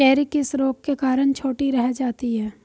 Cherry किस रोग के कारण छोटी रह जाती है?